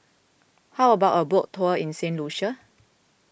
how about a boat tour in Saint Lucia